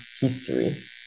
history